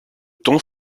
temps